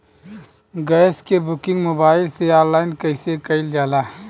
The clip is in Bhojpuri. गैस क बुकिंग मोबाइल से ऑनलाइन कईसे कईल जाला?